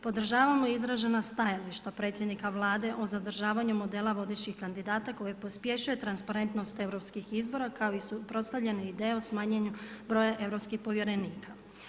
Podržavamo izražena stajališta predsjednika Vlade o zadržavanju modela vodećih kandidata koji pospješuje transparentnost europskih izbora, kao i suprotstavljena ideja o smanjenju broja europskih povjerenika.